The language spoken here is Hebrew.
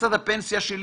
וכיצד הפנסיה שלי